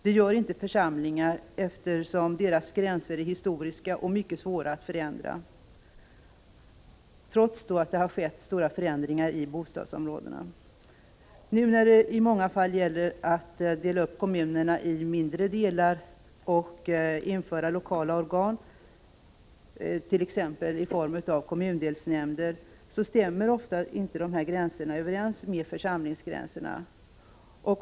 Det gör inte församlingar, eftersom deras gränser är historiska och mycket svåra att ändra, trots att det har skett stora förändringar när det gäller bostadsområdena. Nu när det i många fall gäller att dela upp kommunerna i mindre delar och införa lokala organ, t.ex. i form av kommundelsnämnder, stämmer ofta inte gränserna med församlingsgränserna.